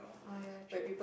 orh ya true